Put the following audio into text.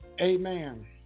Amen